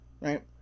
right